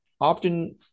often